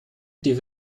die